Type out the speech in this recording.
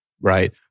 Right